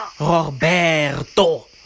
Roberto